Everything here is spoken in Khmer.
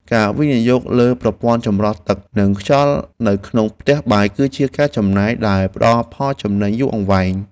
ការវិនិយោគលើប្រព័ន្ធចម្រោះទឹកនិងខ្យល់នៅក្នុងផ្ទះបាយ គឺជាការចំណាយដែលផ្តល់ផលចំណេញយូរអង្វែង។